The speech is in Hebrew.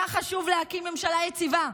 היה חשוב להקים ממשלה יציבה,